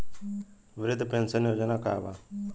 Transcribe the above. वृद्ध पेंशन योजना का बा?